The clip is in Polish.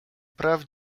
praw